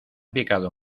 picado